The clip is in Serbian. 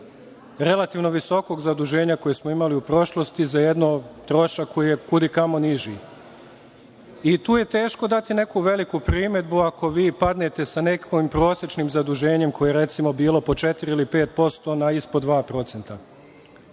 relativno visokog zaduženja koje smo imali u prošlosti za jedan trošak koji je kudikamo niži. Tu je teško dati neku veliku primedbu ako vi padnete sa nekim prosečnim zaduženjem koje je, recimo, bilo po četiri ili pet